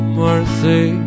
mercy